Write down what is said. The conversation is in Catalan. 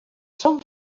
són